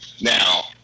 now